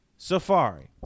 safari